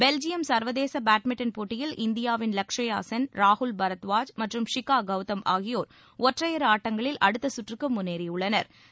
Belgium சர்வதேச badminton போட்டியில் இந்தியாவின் லஷ்யாசென் ராகுல் பரத்வாஜ் மற்றும் ஷீகா கவுதம் ஆகியோா் ஒற்றையா் ஆட்டங்களில் அடுத்த சுற்றுக்கு முன்னேறியுள்ளனா்